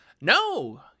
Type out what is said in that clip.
no